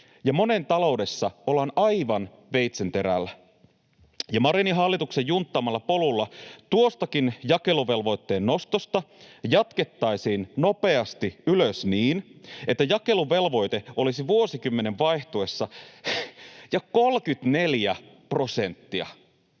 ja monen taloudessa ollaan aivan veitsenterällä. Ja Marinin hallituksen junttaamalla polulla tuostakin jakeluvelvoitteen nostosta jatkettaisiin nopeasti ylös niin, että jakeluvelvoite olisi vuosikymmenen vaihtuessa jo 34 prosenttia.